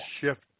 shift